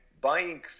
buying